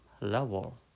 level